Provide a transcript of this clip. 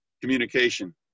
communication